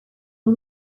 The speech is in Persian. این